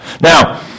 Now